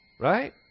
Right